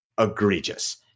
egregious